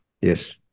Yes